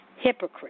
hypocrite